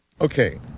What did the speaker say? Okay